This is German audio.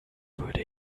würde